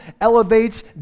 elevates